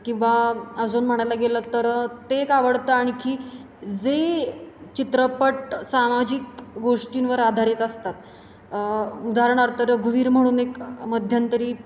किंवा अजून म्हणायला गेलं तर ते एक आवडतं आणखी जे चित्रपट सामाजिक गोष्टींवर आधारित असतात उदाहरणार्थ रघुवीर म्हणून एक मध्यंतरी